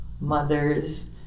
mother's